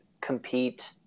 compete